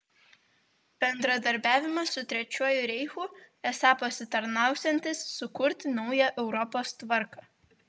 bendradarbiavimas su trečiuoju reichu esą pasitarnausiantis sukurti naują europos tvarką